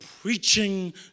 preaching